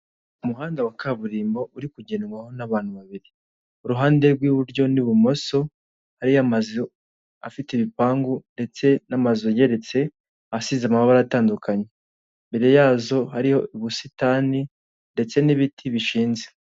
Umuhanda wa kaburimbo uri kugendwaho n'abantu babiri ku ruhande rw'iburyo n'ibumoso hariyo amazu afite ibipangu ndetse n'amazu ageretse asize amabara atandukanye, imbere yazo hariyo ubusitani ndetse n'ibiti bishinze.